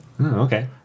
okay